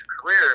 career